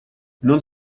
non